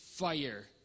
fire